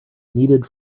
needed